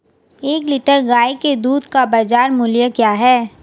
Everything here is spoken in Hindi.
एक लीटर गाय के दूध का बाज़ार मूल्य क्या है?